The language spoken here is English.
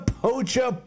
poacher